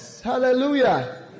Hallelujah